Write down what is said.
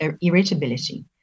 irritability